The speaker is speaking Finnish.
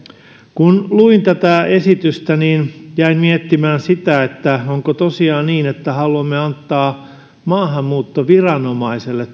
kun luin tätä esitystä niin jäin miettimään sitä onko tosiaan niin että haluamme antaa maahanmuuttoviranomaiselle